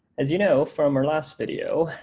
as you know from our last video,